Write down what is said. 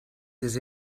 des